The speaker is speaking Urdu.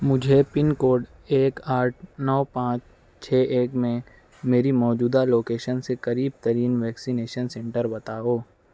مجھے پن کوڈ ایک آٹھ نو پانچ چھ ایک میں میری موجودہ لوکیشن سے قریب ترین ویکسینیشن سینٹر بتاؤ